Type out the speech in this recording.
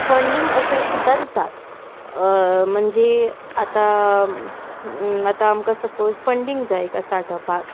funding access सुद्दां दितात म्हणजे आतां आतां आमकां सपोज फंडींग जाय एका स्टार्टअपाक